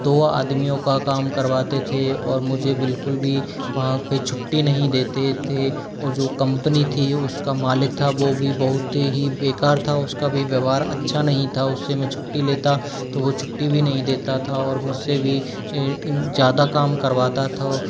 दो आदमियों का काम करवाते थे और मुझे बिल्कुल भी वहाँ पर छुट्टी नहीं देते थे और जो कंपनी थी उसका मालिक था वो भी बहुत ही बेकार था उसका भी व्यवहार अच्छा नहीं था उससे मैं छुट्टी लेता तो वो छुट्टी भी नहीं देता था और मुझसे भी ज़्यादा काम करवाता था